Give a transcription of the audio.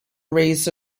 race